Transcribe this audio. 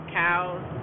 cows